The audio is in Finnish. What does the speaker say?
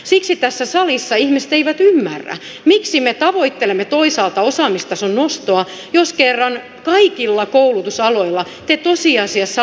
siksi tässä salissa ihmiset eivät ymmärrä miksi me tavoittelemme toisaalta osaamistason nostoa jos kerran kaikilla koulutusaloilla te tosiasiassa laskette koulutustasoa